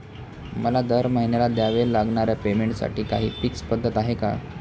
मला दरमहिन्याला द्यावे लागणाऱ्या पेमेंटसाठी काही फिक्स पद्धत आहे का?